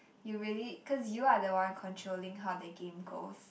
you really cause you are the one controlling how the game goes